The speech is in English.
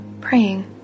Praying